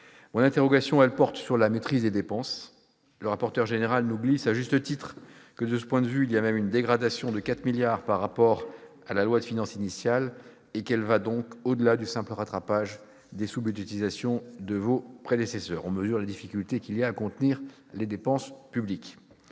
Mon interrogation porte sur la maîtrise des dépenses. Le rapporteur général nous glisse, à juste titre, que, de ce point de vue, il y a même une dégradation de 4 milliards d'euros par rapport à la loi de finances initiale, et qu'elle va au-delà du simple rattrapage des sous-budgétisations de vos prédécesseurs. On mesure la difficulté qu'il y a à contenir les dépenses publiques